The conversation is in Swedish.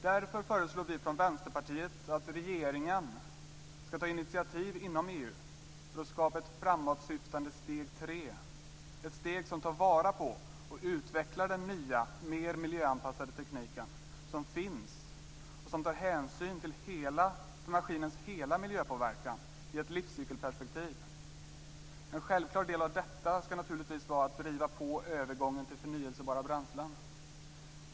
Därför föreslår vi från Vänsterpartiet att regeringen skall ta initiativ inom EU för att skapa ett framåtsyftande steg 3, ett steg som gör att man tar vara på och utvecklar den nya mer miljöanpassade teknik som finns och där hänsyn tas till maskinens hela miljöpåverkan i ett livscykelperspektiv. En självklar del av detta skall naturligtvis vara att driva på övergången till förnybara bränslen.